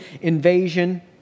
invasion